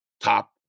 top